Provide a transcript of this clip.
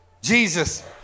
Jesus